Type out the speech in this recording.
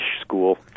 school